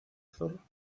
zorro